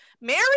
Mary